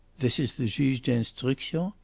this is the juge d'instruction?